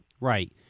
right